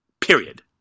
Period